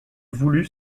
voulut